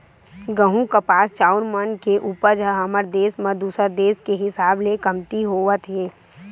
गहूँ, कपास, चाँउर मन के उपज ह हमर देस म दूसर देस के हिसाब ले कमती होवत हे